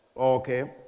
Okay